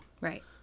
Right